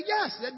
yes